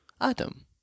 Adam